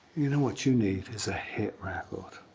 you know, what you need is a hit record.